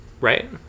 Right